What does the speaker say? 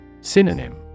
Synonym